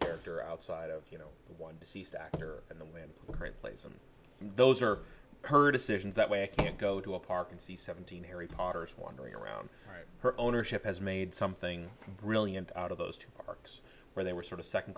character outside of you know one deceased actor and then when great plays and those are her decisions that way i can go to a park and see seventeen harry potter's wandering around her ownership has made something brilliant out of those two arcs where they were sort of second